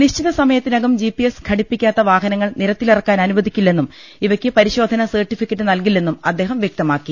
നിശ്ചിത സമയത്തിനകം G P S ഘടിപ്പിക്കാത്ത വാഹനങ്ങൾ നിരത്തിലിറക്കാൻ അനുവദിക്കില്ലെന്നും ഇവയ്ക്ക് പരിശോധനാസർട്ടിഫിക്കറ്റ് നല്കില്ലെന്നും അദ്ദേഹം വൃക്തമാക്കി